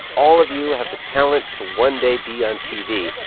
all of you have the talent to, one day, be on tv.